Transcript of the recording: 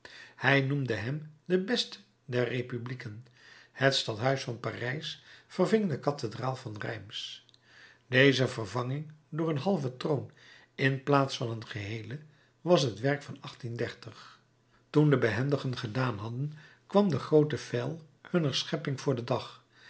hij noemde hem de beste der republieken het stadhuis van parijs verving de cathedraal van reims deze vervanging door een halven troon in de plaats van een geheelen was het werk van toen de behendigen gedaan hadden kwam de groote feil hunner schepping voor den dag